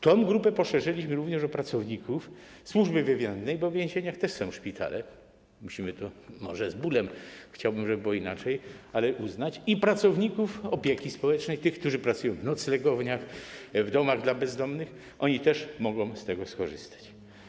Tę grupę poszerzyliśmy o pracowników Służby Więziennej, bo w więzieniach też są szpitale, musimy to, może z bólem, chciałbym, żeby było inaczej, uznać, i pracowników opieki społecznej, którzy pracują w noclegowniach, w domach dla bezdomnych, oni też mogą z tego skorzystać.